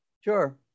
Sure